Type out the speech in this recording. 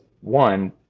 one